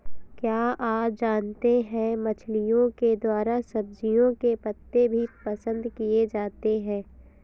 क्या आप जानते है मछलिओं के द्वारा सब्जियों के पत्ते भी पसंद किए जाते है